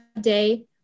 day